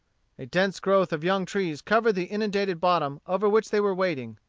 a dense growth of young trees covered the inundated bottom over which they were wading.